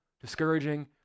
discouraging